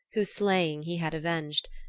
whose slaying he had avenged,